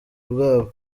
babwo